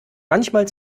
manchmal